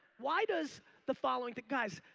why does the following to, guys,